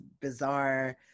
bizarre